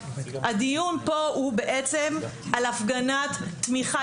הדיון פה הוא בעצם על הפגנת תמיכה,